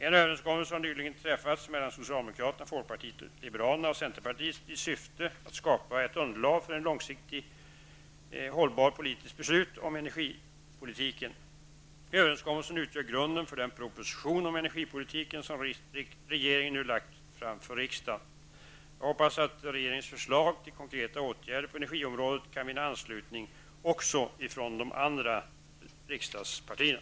En överenskommelse har nyligen träffats mellan socialdemokraterna, folkpartiet liberalerna och centerpartiet i syfte att skapa ett underlag för långsiktigt hållbara politiska beslut om energipolitiken. Överenskommelsen utgör grunden för den proposition om energipolitiken som regeringen nu har lagt fram för riksdagen. Jag hoppas att regeringens förslag till konkreta åtgärder på energiområdet kan vinna anslutning också från de andra riksdagspartierna.